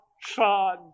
Son